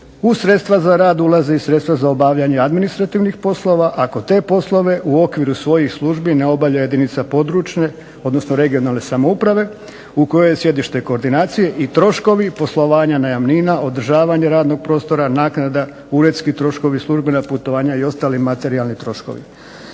u sredstva za rad ulaze i sredstva za obavljanje administrativnih poslova ako te poslove u okviru svojih službi ne obavlja jedinica područne odnosno regionalne samouprave u kojoj je sjedište koordinacije i troškovi poslovanja, najamnina, održavanje radnog prostora, naknada, uredski troškovi, službena putovanja i ostali materijalni troškovi.